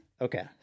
Okay